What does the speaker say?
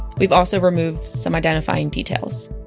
we've also removed some identifying details